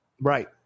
Right